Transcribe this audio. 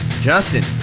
Justin